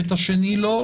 ואת השני לא?